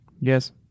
Yes